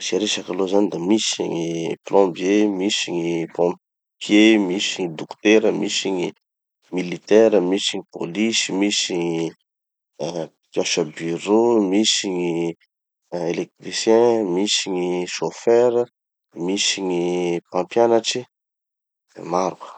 Asia resaky aloha zany da misy gny plombiers, misy gny pompiers, misy gny dokotera, misy gny militaires, misy gny polisy, misy gny mpiasa bureau, misy gny éléctriciens, misy gny chauffeurs, misy gny mpampianatry, maro ka.